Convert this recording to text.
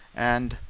and